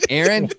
Aaron